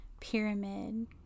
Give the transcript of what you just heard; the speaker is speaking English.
pyramid